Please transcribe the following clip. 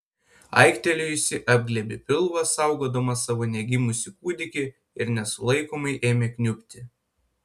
aiktelėjusi apglėbė pilvą saugodama savo negimusį kūdikį ir nesulaikomai ėmė kniubti